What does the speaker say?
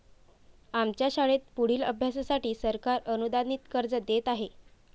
आमच्या शाळेत पुढील अभ्यासासाठी सरकार अनुदानित कर्ज देत आहे